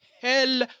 hell